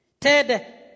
Ted